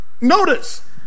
notice